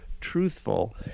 truthful